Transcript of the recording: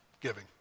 giving